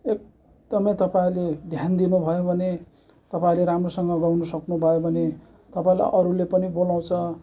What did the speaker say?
एकदमै तपाईँहरूले ध्यान दिनुभयो भने तपाईँले राम्रोसँग गाउन सक्नुभयो भने तपाईँलाई अरूले पनि बोलाउँछ